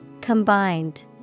Combined